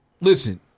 Listen